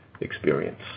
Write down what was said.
experience